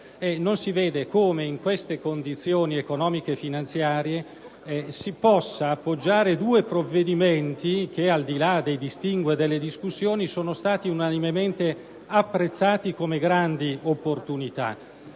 Non si vede come, in queste condizioni economico-finanziarie, si possano appoggiare due provvedimenti che, al di là dei distinguo e delle discussioni, sono stati unanimemente apprezzati come grandi opportunità.